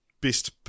best